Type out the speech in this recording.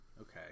Okay